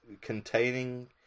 containing